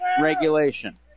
regulation